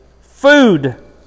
Food